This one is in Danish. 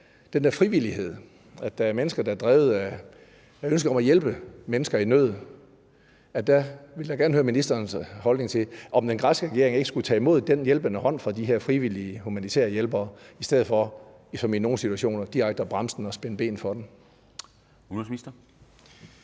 den der frivillighed: at der er mennesker, der er drevet af et ønske om at hjælpe mennesker i nød. Og der vil jeg gerne høre ministerens holdning til, om den græske regering ikke skulle tage imod den hjælpende hånd fra de her frivillige humanitære hjælpere, i stedet for, som i nogle situationer, direkte at bremse den og spænde ben for den.